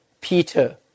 Peter